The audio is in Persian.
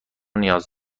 نیاز